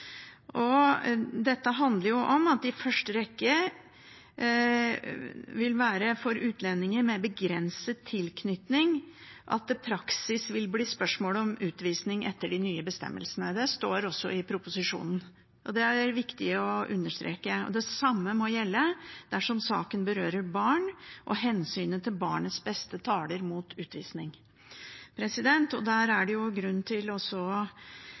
Det er i første rekke overfor utlendinger med begrenset tilknytning at det i praksis vil bli spørsmål om utvisning etter de nye bestemmelsene. Det står også i proposisjonen. Det er viktig å understreke. Det samme må gjelde dersom saken berører barn, og hensynet til barnets beste taler mot utvisning. Der er det grunn til å etterlyse det arbeidet som Stortinget har vedtatt at regjeringen skal gjøre, med alternativer til utvisning også